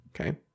okay